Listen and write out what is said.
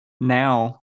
Now